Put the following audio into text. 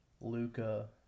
Luca